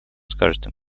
скажет